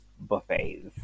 buffets